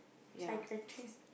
psychiatry